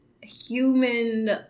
human